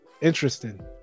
interesting